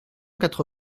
quatre